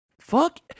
fuck